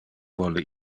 vole